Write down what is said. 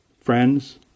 friends